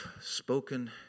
spoken